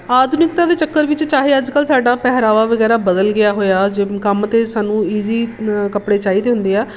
ਆਧੁਨਿਕਤਾ ਦੇ ਚੱਕਰ ਵਿੱਚ ਚਾਹੇ ਅੱਜ ਕੱਲ ਸਾਡਾ ਪਹਿਰਾਵਾ ਵਗੈਰਾ ਬਦਲ ਗਿਆ ਹੋਇਆ ਜਿਮ ਕੰਮ 'ਤੇ ਸਾਨੂੰ ਈਜ਼ੀ ਕੱਪੜੇ ਚਾਹੀਦੇ ਹੁੰਦੇ ਆ